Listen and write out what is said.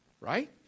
right